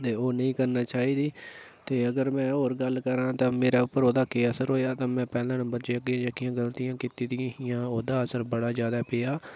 ते ओह् नेईं करना चाहिदी ते अगर मैं होर गल्ल करां तां मेरे उप्पर ओह्दा केह् असर होएया तां मैं पैह्ले नम्बर जेह्कियां जेह्कियां गलतियां कीती दियां हियां ओह्दा असर बड़ा ज्यादा पेआ